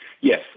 Yes